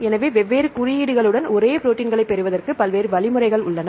எனவே வெவ்வேறு குறியீடுகளுடன் ஒரே ப்ரோடீன்களைப் பெறுவதற்கு பல்வேறு வழிமுறைகள் உள்ளன